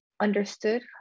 understood